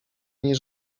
nie